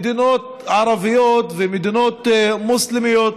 מדינות ערביות ומדינות מוסלמיות